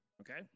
Okay